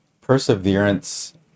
Perseverance